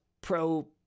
Pro